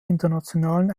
internationalen